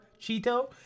Cheeto